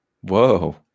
Whoa